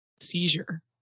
Seizure